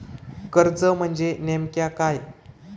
कर्ज म्हणजे नेमक्या काय?